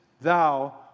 thou